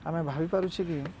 ଆମେ ଭାବିପାରୁଛି କି